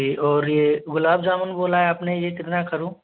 और यह गुलाब जामुन बोला है आपने ये कितना करूँ